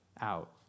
out